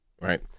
right